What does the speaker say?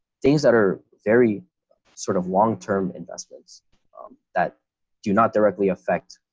things that are very sort of long term investments that do not directly affect